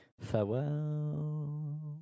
Farewell